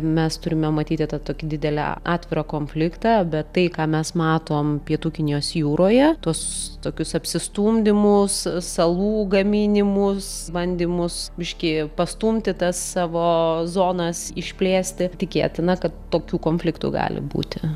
mes turime matyti tą tokį didelį atvirą konfliktą bet tai ką mes matom pietų kinijos jūroje tuos tokius apsistumdymus salų gaminimus bandymus biškį pastumti tas savo zonas išplėsti tikėtina kad tokių konfliktų gali būti